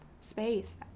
space